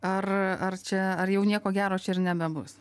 ar ar čia ar jau nieko gero čia ir nebebus